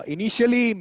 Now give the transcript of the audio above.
Initially